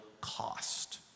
cost